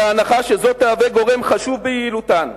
בהנחה שזאת תהווה גורם חשוב ביעילותן.